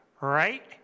right